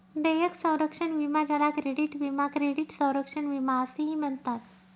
देयक संरक्षण विमा ज्याला क्रेडिट विमा क्रेडिट संरक्षण विमा असेही म्हणतात